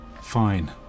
Fine